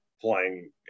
playing